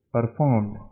performed